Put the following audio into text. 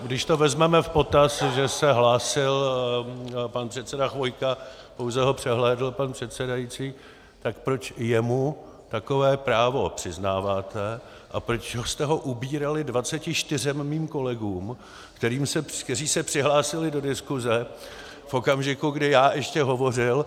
Když to vezmeme v potaz, že se hlásil pan předseda Chvojka, pouze ho přehlédl pan předsedající, tak proč jemu takové právo přiznáváte a proč jste ho ubírali dvaceti čtyřem mým kolegům, kteří se přihlásili do diskuse v okamžiku, kdy já ještě hovořil?